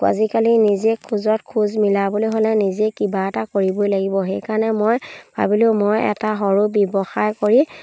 আজিকালি নিজে খোজত খোজ মিলাবলৈ হ'লে নিজেই কিবা এটা কৰিবই লাগিব সেইকাৰণে মই ভাবিলোঁ মই এটা সৰু ব্যৱসায় কৰি